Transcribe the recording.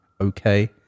okay